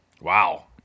Wow